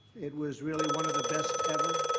it was really one of the best ever,